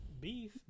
beef